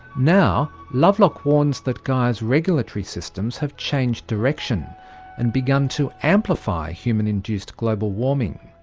now lovelock warns that gaia's regulatory systems have changed direction and begun to amplify human-induced global warming.